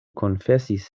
konfesis